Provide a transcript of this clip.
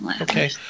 Okay